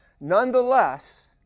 Nonetheless